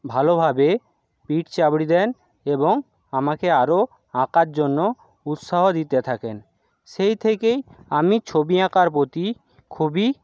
ভালোভাবে পীঠ চাবড়ি দেন এবং আমাকে আরো আঁকার জন্য উৎসাহ দিতে থাকেন সেই থেকেই আমি ছবি আঁকার প্রতি খুবই